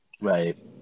Right